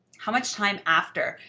how much time after?